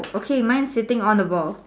okay mine is sitting on the ball